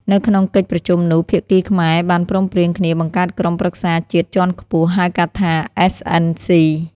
នៅក្នុងកិច្ចប្រជុំនោះ ភាគីខ្មែរបានព្រមព្រៀងគ្នាបង្កើតក្រុមប្រឹក្សាជាតិជាន់ខ្ពស់ ហៅកាត់ថា SNC។